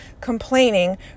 complaining